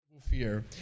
Fear